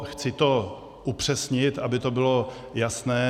Chci to upřesnit, aby to bylo jasné.